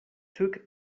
took